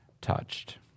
touched